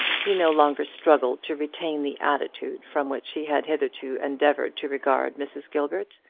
he no longer struggled to retain the attitude from which he had hitherto endeavoured to regard mrs. gilbert.